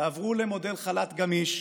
תעברו למודל חל"ת גמיש,